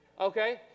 Okay